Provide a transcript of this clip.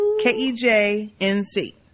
K-E-J-N-C